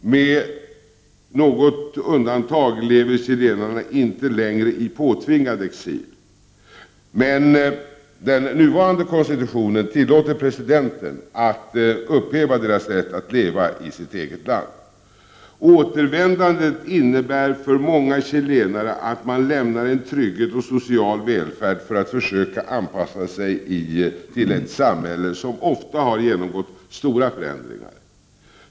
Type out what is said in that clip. Med något undantag lever chilenarna inte längre i påtvingad exil, men den nuvarande konstitutionen tillåter presidenten att upphäva deras rätt att leva i sitt eget land. Återvändandet innebär för många chilenare att man lämnar en trygghet och social välfärd för att försöka anpassa sig till ett samhälle som ofta har genomgått stora förändringar.